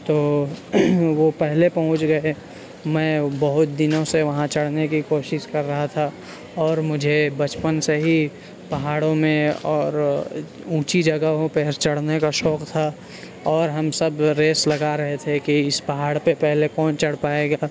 تو وہ پہلے پہنچ گیے تھے میں بہت دنوں سے وہاں چڑھنے کی کوشش کر رہا تھا اور مجھے بچپن سے ہی پہاڑوں میں اور اونچی جگہوں پہ چڑھنے کا شوق تھا اور ہم سب ریس لگا رہے تھے کہ اس پہاڑ پہ پہلے کون چڑھ پائے گا